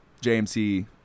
JMC